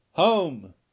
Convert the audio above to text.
Home